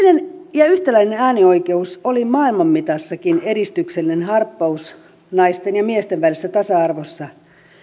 ja yhtäläinen äänioikeus oli maailman mitassakin edistyksellinen harppaus naisten ja miesten välisessä tasa arvossa